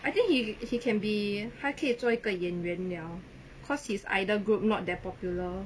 I think he he can be 他可以做一个演员 liao cause his idol group not that popular